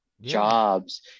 jobs